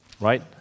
right